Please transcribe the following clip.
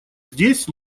здесь